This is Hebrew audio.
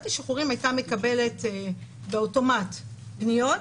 השחרורים הייתה מקבלת באוטומט פניות,